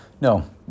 no